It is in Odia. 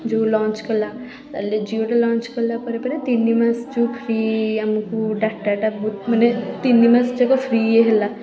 ଯେଉଁ ଲଞ୍ଚ୍ କଲା ତାହାଲେ ଜିଓଟା ଲଞ୍ଚ୍ କଲାପରେ ପରେ ତିନିମାସ ଯେଉଁ ଫ୍ରି ଆମକୁ ଡାଟାଟା ବହୁତ ମାନେ ତିନିମାସ ଯାକ ଫ୍ରି ହେଲା